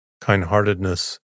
kind-heartedness